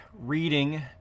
reading